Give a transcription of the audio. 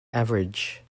average